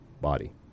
body